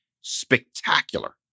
spectacular